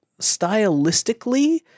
stylistically